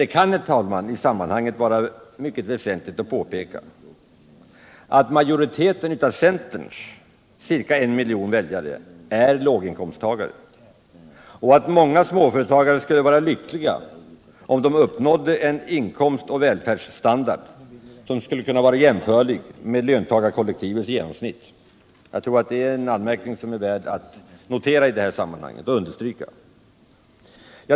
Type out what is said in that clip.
Det kan i sammanhanget vara väsentligt att påpeka att majoriteten av centerns ca 1 miljon väljare är låginkomsttagare och att många småföretagare skulle vara lyckliga om de uppnådde 41 en inkomstoch välfärdsstandard som skulle kunna vara jämförlig med löntagarkollektivets genomsnitt. Jag tror att det är ett påpekande som är värt att understryka i detta sammanhang.